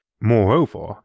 Moreover